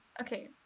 Okay